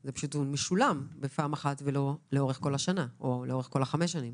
אלא הוא משולם בפעם אחת ולא לאורך כל השנה או לאורך כל החמש שנים.